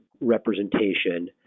representation